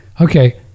Okay